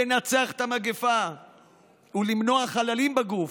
לנצח את המגפה ולמנוע חללים בגוף,